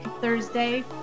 Thursday